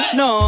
no